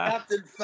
Captain